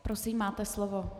Prosím, máte slovo.